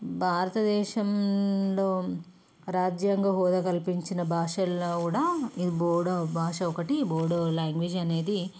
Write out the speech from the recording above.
భారతదేశంలో రాజ్యాంగ హోదా కల్పించిన భాషల్లో కూడా ఈ బోడో భాష ఒకటి బోడో లాంగ్వేజ్ అనేది